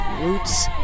Roots